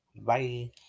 Bye